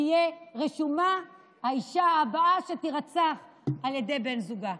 תהיה רשומה האישה הבאה שתירצח על ידי בן זוגה.